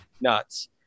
nuts